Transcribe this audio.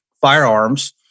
firearms